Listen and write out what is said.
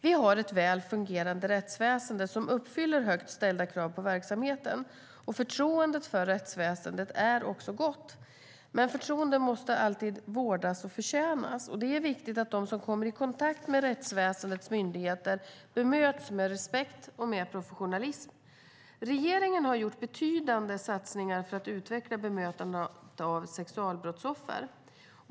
Vi har ett väl fungerande rättsväsen som uppfyller högt ställda krav på verksamheten. Förtroendet för rättsväsendet är också gott. Förtroendet måste alltid vårdas och förtjänas. Det är viktigt att de som kommer i kontakt med rättsväsendets myndigheter bemöts med respekt och professionalism. Regeringen har gjort betydande satsningar för att utveckla bemötandet av sexualbrottsoffer.